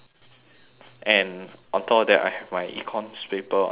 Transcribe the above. and on top of that I have my econs paper on saturday